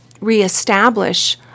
reestablish